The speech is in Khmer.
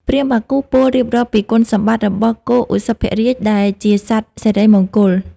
ព្រាហ្មណ៍បាគូពោលរៀបរាប់ពីគុណសម្បត្តិរបស់គោឧសភរាជដែលជាសត្វសិរីមង្គល។